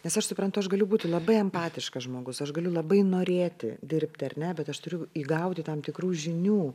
nes aš suprantu aš galiu būti labai empatiškas žmogus aš galiu labai norėti dirbti ar ne bet aš turiu įgauti tam tikrų žinių